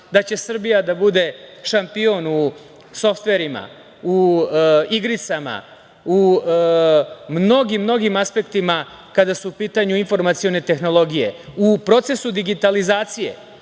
da će Srbija da bude šampion u softverima, u igricama, u mnogim aspektima kada su u pitanju informacione tehnologije, u procesu digitalizacije?